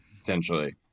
potentially